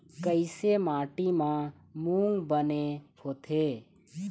कइसे माटी म मूंग बने होथे?